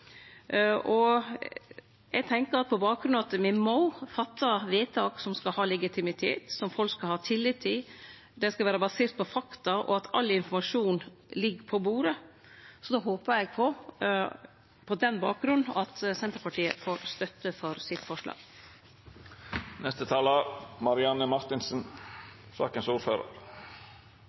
På bakgrunn av at me må fatte vedtak som skal ha legitimitet, som folk skal ha tillit til, som skal vere basert på fakta, og at all informasjon ligg på bordet, håpar eg på at Senterpartiet får støtte for forslaget sitt.